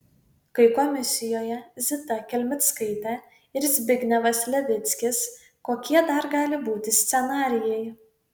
kai komisijoje zita kelmickaite ir zbignevas levickis kokie dar gali būti scenarijai